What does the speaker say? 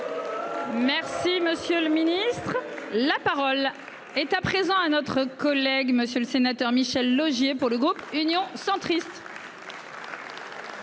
Merci, monsieur le Ministre, la parole. État présent à notre collègue monsieur le sénateur Michel Laugier pour le groupe Union centriste.